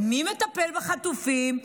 מי מטפל בחטופים?